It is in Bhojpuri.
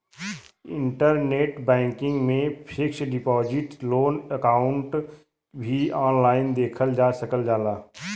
इंटरनेट बैंकिंग में फिक्स्ड डिपाजिट लोन अकाउंट भी ऑनलाइन देखल जा सकल जाला